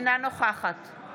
אינה נוכחת נא